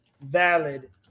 Valid